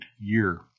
year